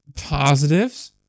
Positives